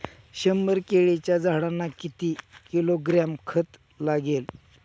शंभर केळीच्या झाडांना किती किलोग्रॅम खत लागेल?